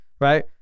right